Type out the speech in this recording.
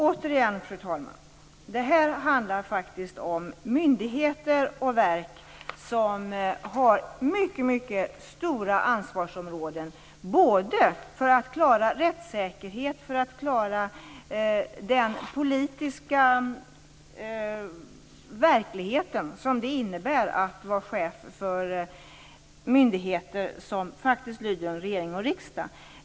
Återigen, fru talman! Det här handlar om myndigheter och verk som har mycket stora ansvarsområden både för att klara rättssäkerhet och för att klara den politiska verklighet som det innebär att vara chef för myndigheter som lyder under regering och riksdag.